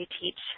teach